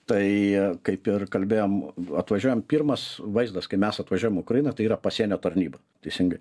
tai kaip ir kalbėjom atvažiuojam pirmas vaizdas kai mes atvažiuojam į ukrainą tai yra pasienio tarnyba teisingai